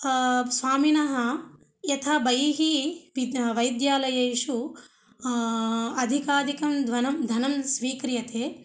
स्वामिनः यथा बहिः अपि वैद्यालयेषु अधिकाधिकं धनं धनं स्वीक्रियते